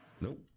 nope